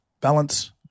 balance